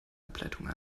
ableitung